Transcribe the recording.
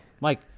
Mike